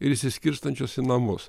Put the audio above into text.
ir išsiskirstančias į namus